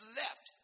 left